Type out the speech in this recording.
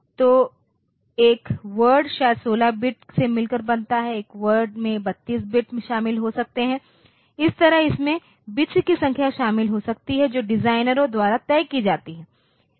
तो एक वर्ड शायद 16 बिट्स से मिलकर बनता है एक वर्ड में 32 बिट्स शामिल हो सकते हैं इस तरह इसमें बिट्स की संख्या शामिल हो सकती है जो डिजाइनरों द्वारा तय की जाती है